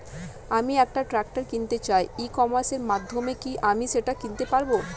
আমি একটা ট্রাক্টর কিনতে চাই ই কমার্সের মাধ্যমে কি আমি সেটা কিনতে পারব?